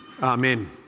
Amen